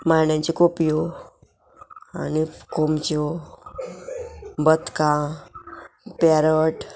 मांड्यांच्यो कोपयो आनी कोमच्यो बदका पॅरट